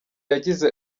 yagize